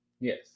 yes